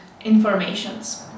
Informations